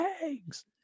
eggs